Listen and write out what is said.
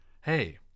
Hey